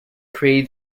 create